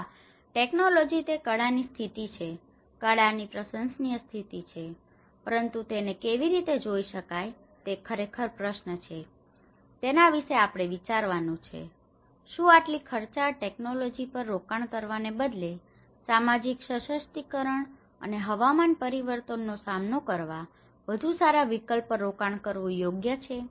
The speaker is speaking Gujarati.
હા ટેક્નોલોજીકલી તે કળા ની સ્થિતિ છે કળા ની પ્રસંસનીય સ્થિતિ છે પરંતુ તેને કેવી રીતે જોઈ શકાય તે ખરેખર પ્રશ્ન છે તેના વિશે આપણે વિચારવાનું છે શું આટલી ખર્ચાળ ટેકનોલોજી પર રોકાણ કરવાને બદલે સામાજિક સશક્તિકરણ અને હવામાન પરિવર્તનનો સામનો કરવા માટેના વધુ સારા વિકલ્પો પર રોકાણ કરવું યોગ્ય છે